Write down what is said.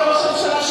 אדוני ראש הממשלה,